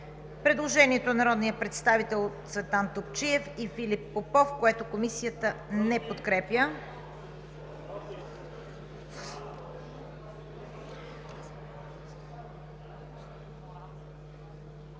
предложението на народните представители Цветан Топчиев и Филип Попов, което Комисията не подкрепя.